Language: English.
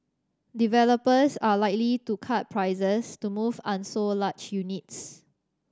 developers are likely to cut prices to move unsold large units